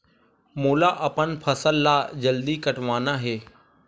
मोला अपन फसल ला जल्दी कटवाना हे?